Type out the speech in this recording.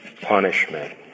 punishment